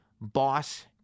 boss